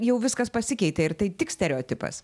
jau viskas pasikeitė ir tai tik stereotipas